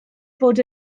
fod